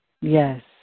Yes